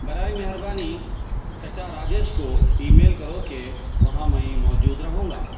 برائے مہربانی چچا راجیش کو ای میل کرو کہ وہاں میں موجود رہوں گا